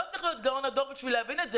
לא צריך להיות גאון הדור בשביל להבין את זה